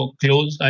close